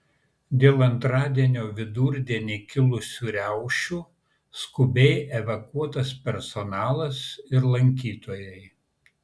dėl antradienio vidurdienį kilusių riaušių skubiai evakuotas personalas ir lankytojai